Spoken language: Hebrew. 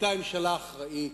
היתה ממשלה אחראית.